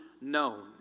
known